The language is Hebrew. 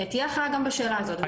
תהיה הכרעה גם בשאלה הזאת.